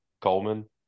Coleman